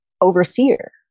overseer